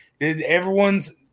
Everyone's